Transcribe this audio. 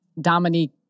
Dominique